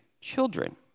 children